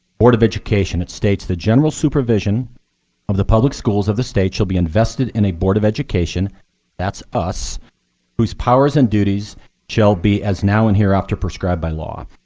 board of education. it states the general supervision of the public schools of the state shall be invested in a board of education that's us whose powers and duties shall be as now and here after prescribed by law.